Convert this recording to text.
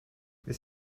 beth